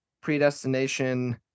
predestination